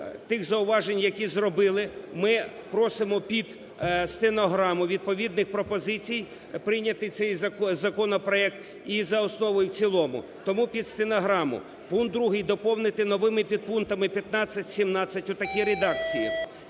тих зауважень, які зробили, ми просимо під стенограму відповідних пропозицій прийняти цей законопроект і за основу, і в цілому. Тому під стенограму. Пункт 2 доповнити новими підпунктами 15-17 у такій редакції: